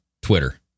Twitter